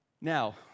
Now